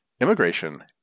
immigration